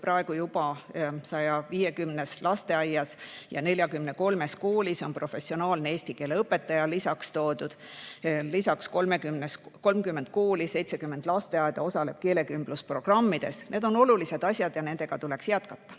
Praegu on juba 150 lasteaias ja 43 koolis professionaalne eesti keele õpetaja. Lisaks 30 kooli ja 70 lasteaeda osaleb keelekümblusprogrammides – need on olulised asjad ja nendega tuleks jätkata.